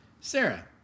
Sarah